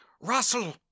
Russell